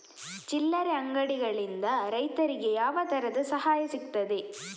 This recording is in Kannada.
ಚಿಲ್ಲರೆ ಅಂಗಡಿಗಳಿಂದ ರೈತರಿಗೆ ಯಾವ ತರದ ಸಹಾಯ ಸಿಗ್ತದೆ?